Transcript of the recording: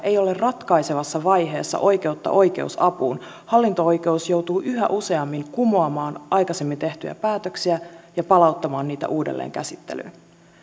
ei ole ratkaisevassa vaiheessa oikeutta oikeusapuun hallinto oikeus joutuu yhä useammin kumoamaan aikaisemmin tehtyjä päätöksiä ja palauttamaan niitä uudelleen käsittelyyn